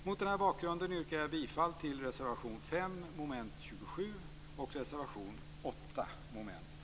Mot den här bakgrunden yrkar jag bifall till reservation 5 under mom. 27 och till reservation 8 under mom. 12.